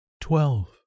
Twelve